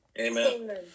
Amen